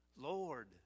Lord